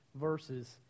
verses